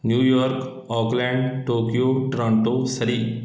New York Auckland Tokyo Toronto Surrey